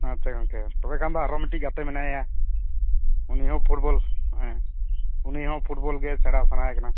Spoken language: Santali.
ᱟᱪᱪᱷᱟ ᱜᱚᱢᱠᱮ ᱛᱚᱵᱮ ᱠᱷᱟᱱ ᱫᱚ ᱟᱨᱚ ᱢᱤᱛᱤᱡ ᱜᱟᱛᱮ ᱢᱮᱱᱟᱭᱟ ᱩᱱᱤ ᱦᱚᱸ ᱯᱷᱩᱴᱵᱚᱞ ᱩᱱᱤ ᱦᱚᱸ ᱯᱷᱩᱴᱵᱚᱞ ᱜᱮ ᱥᱮᱬᱟ ᱥᱟᱱᱟᱭᱮ ᱠᱟᱱᱟ